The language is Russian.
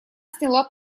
сняла